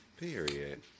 period